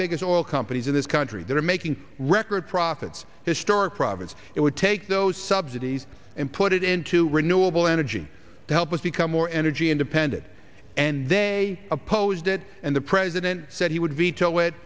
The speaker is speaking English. biggest oil companies in this country that are making record profits historic profits it would take those subsidies and put it into renewable energy to help us become more energy independent and they opposed it and the president said he would veto it